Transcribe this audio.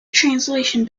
translation